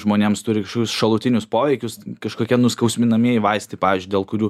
žmonėms turi kažkokius šalutinius poveikius kažkokie nuskausminamieji vaistai pavyzdžiui dėl kurių